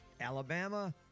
Alabama